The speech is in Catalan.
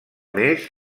més